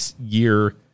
year